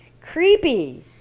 creepy